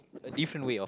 a different way of